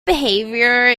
behavior